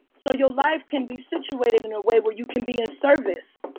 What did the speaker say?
so your life can be situated in a way where you can be in service.